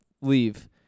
leave